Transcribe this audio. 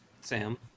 Sam